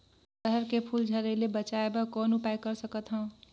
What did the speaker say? अरहर के फूल झरे ले बचाय बर कौन उपाय कर सकथव?